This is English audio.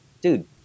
dude